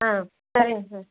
ஆ சரிங்க சார்